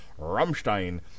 Rammstein